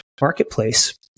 marketplace